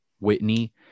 Whitney